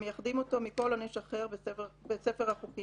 המייחדים אותו מכל עונש אחר בספר החוקים